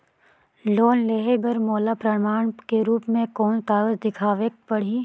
Loan लेहे बर मोला प्रमाण के रूप में कोन कागज दिखावेक पड़ही?